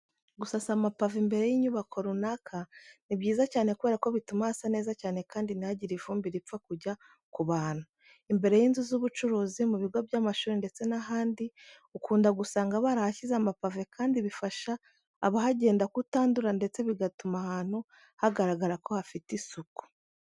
Gusasa amapave imbere y'inyubako runaka ni byiza cyane kubera ko bituma hasa neza cyane kandi ntihagire ivumbi ripfa kujya ku bantu. Imbere y'inzu z'ubucuruzi, mu bigo by'amashuri ndetse n'ahandi ukunda gusanga barahashyize amapave kandi bifasha abahagenda kutandura ndetse bigatuma ahantu hagaragara ko hafite isuku.